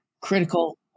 critical